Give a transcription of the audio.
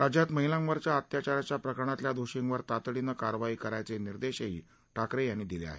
राज्यात महिलांवरच्या अत्याचारांच्या प्रकरणातल्या दोषींवर तातडीनं कारवाई करायचे निर्देशही ठाकरे यांनी दिले आहेत